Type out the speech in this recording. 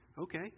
Okay